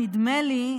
נדמה לי,